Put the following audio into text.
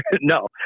No